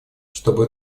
чтобы